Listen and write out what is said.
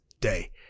day